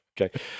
Okay